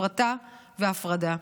הפרטה והפרדה.